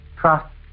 trust